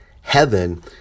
heaven